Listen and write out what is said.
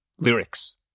Lyrics